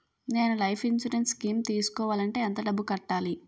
నేను life insurance scheme తీసుకోవాలంటే ఎంత డబ్బు కట్టాలి?